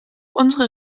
unsere